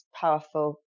powerful